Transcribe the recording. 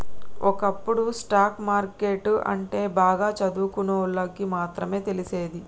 ఒకప్పుడు stock market అంటే బాగా చదువుకున్నోళ్ళకి మాత్రమే తెలిసేది